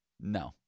No